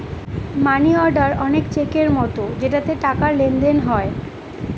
মানি order অনেক চেকের মতো যেটাতে টাকার লেনদেন হয়